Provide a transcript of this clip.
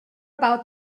about